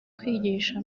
kwigisha